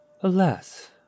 Alas